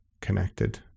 connected